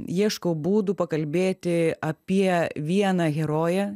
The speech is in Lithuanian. ieškau būdų pakalbėti apie vieną heroję